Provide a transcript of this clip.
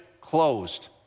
closed